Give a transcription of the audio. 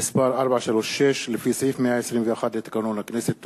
מ/436, לפי סעיף 121 לתקנון הכנסת.